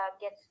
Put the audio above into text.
get